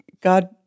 God